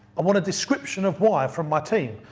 i want a description of why from my team.